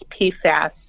PFAS